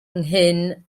nghyn